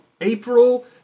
April